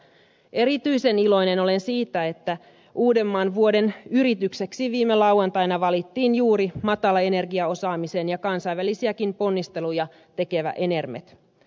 erityisen iloinen olen siitä että uudenmaan vuoden yritykseksi viime lauantaina valittiin juuri matalaenergiaosaamista ja kansainvälisiäkin ponnisteluja tekevä enermet